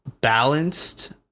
balanced